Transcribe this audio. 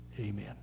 Amen